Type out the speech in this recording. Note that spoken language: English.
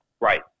Right